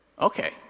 okay